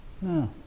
No